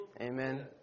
Amen